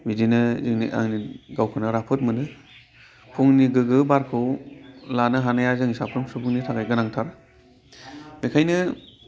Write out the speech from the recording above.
बिदिनो आं गावखौनो राफोद मोनो फुंनि गोग्गो बारखौ लानो हानाया जों साफ्रोम सुबुंनि थाखाय गोनांथार बेनिखायनो